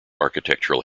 architectural